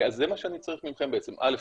זה מה שאני צריך מכם בעצם, א.